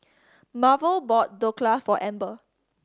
Marvel bought Dhokla for Amber